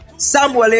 samuel